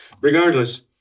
regardless